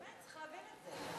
באמת, צריך להבין את זה.